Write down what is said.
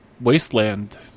wasteland